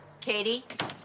Katie